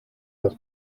das